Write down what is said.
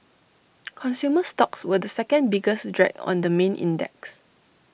consumer stocks were the second biggest drag on the main index